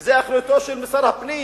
וזה אחריותו של שר הפנים,